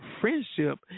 friendship